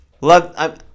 Love